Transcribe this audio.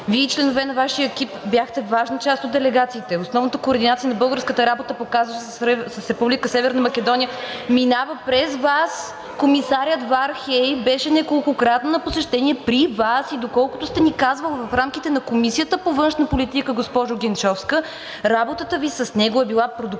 Вие и членове на Вашия екип бяхте важна част от делегациите, основната координация на българската работа по казуса с Република Северна Македония минава през Вас. Комисарят Вархеи беше неколкократно на посещение при Вас и доколкото сте ни казвала в рамките на Комисията по външна политика, госпожо Генчовска, работата Ви с него е била продуктивна